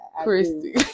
Christy